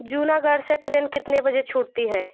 जूनागढ़ से ट्रेन कितने बजे छूटती है